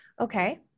Okay